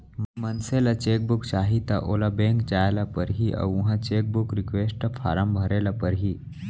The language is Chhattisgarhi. मनसे ल चेक बुक चाही त ओला बेंक जाय ल परही अउ उहॉं चेकबूक रिक्वेस्ट फारम भरे ल परही